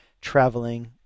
traveling